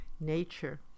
nature